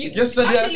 yesterday